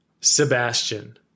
Sebastian